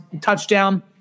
touchdown